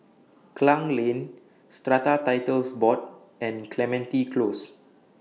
Klang Lane Strata Titles Board and Clementi Close